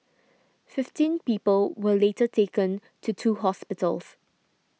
fifteen people were later taken to two hospitals